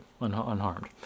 unharmed